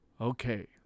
okay